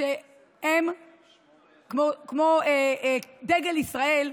שהם כמו דגל ישראל,